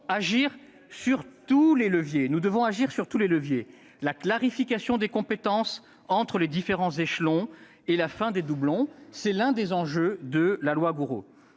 de circulaires. Nous devons agir sur tous les leviers : la clarification des compétences entre les différents échelons et la fin des doublons, qui seront l'un des enjeux de la loi Gourault